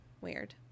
Weird